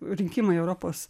rinkimai į europos